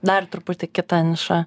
dar truputį kita niša